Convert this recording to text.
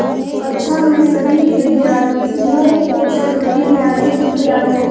कक्षा के सभी विद्यार्थियों को चक्रवृद्धि ब्याज के सूत्र याद हैं